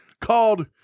called